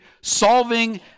solving